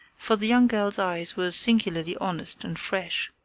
for the young girl's eyes were singularly honest and fresh.